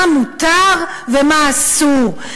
מה מותר ומה אסור,